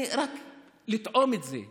רק לטעום את זה,